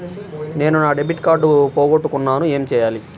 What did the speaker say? నేను నా debit card పోగొట్టుకున్నాను ఏమి చేయాలి?